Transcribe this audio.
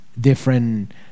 different